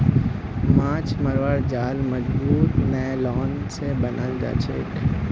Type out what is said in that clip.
माछ मरवार जाल मजबूत नायलॉन स बनाल जाछेक